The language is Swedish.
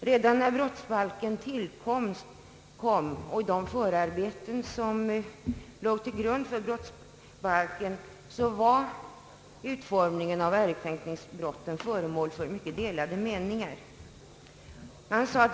Redan när brottsbalken tillkom och i de förarbeten som låg till grund för brottsbalken var utformningen av ärekränkningsbrotten föremål för delade meningar.